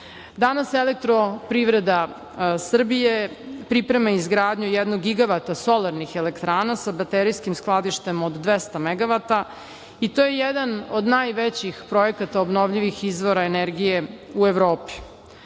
"Elektroprivreda Srbije" priprema izgradnju jednog gigabata solarnih elektrana sa baterijskim skladištem od 200 megavata i to je jedan od najvećih projekata obnovljivih izvora energije u Evropi.